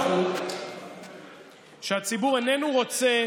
הוא שהציבור איננו רוצה